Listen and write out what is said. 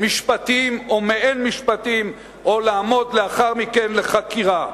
משפטיים או מעין-משפטיים או לעמוד לאחר מכן לחקירה.